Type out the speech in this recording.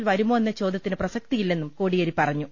ൽ വരുമോ എന്ന ചോദ്യത്തിന് പ്രസക്തിയി ല്ലെന്നും കോടിയേരി പറഞ്ഞു